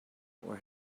where